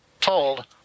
told